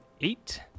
eight